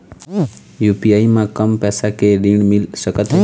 UPI म कम पैसा के ऋण मिल सकथे?